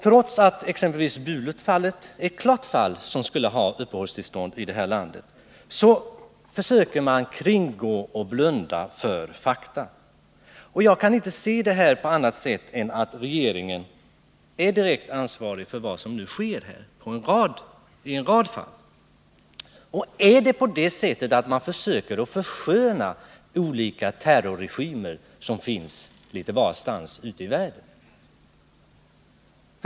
Trots att Bulut utgör ett klart exempel på ett fall där man borde ha beviljat uppehållstillstånd, försöker man kringgå och blunda för fakta. Jag kan inte se annat än att regeringen är direkt ansvarig för vad som nu sker i en rad fall. Försöker man försköna olika terrorregimer litet varstans i världen?